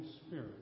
Spirit